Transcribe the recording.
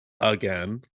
again